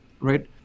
Right